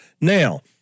Now